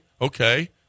Okay